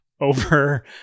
over